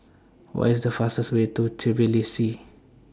What IS The fastest Way to Tbilisi